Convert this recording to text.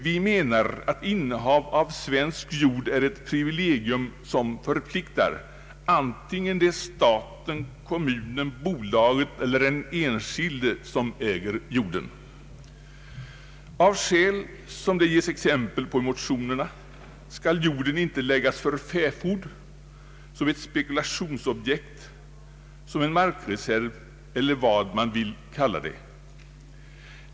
Vi menar att innehav av svensk jord är ett privilegium som förpliktar, vare sig det är staten, kommunen, bolaget eller den enskilde som äger jorden. Av skäl som det ges exempel på i motionerna skall jorden inte läggas för fäfot som ett spekulationsobjekt, som en markreserv eller vad man vill kalla det.